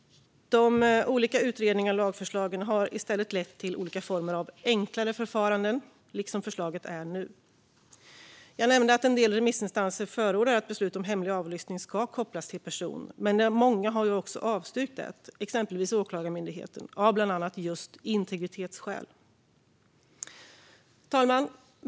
De olika utredningarna och lagförslagen har i stället lett till olika former av enklare förfaranden, liksom förslaget är nu. Ett förenklat för-farande vid vissa beslut om hemlig avlyssning Jag nämnde att en del remissinstanser förordar att beslut om hemlig avlyssning ska kopplas till person, men många, exempelvis Åklagarmyndigheten, har också avstyrkt det av bland annat just integritetsskäl. Fru talman!